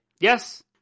Yes